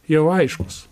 jau aiškus